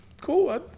cool